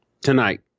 tonight